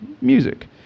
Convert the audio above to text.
music